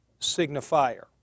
signifier